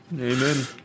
Amen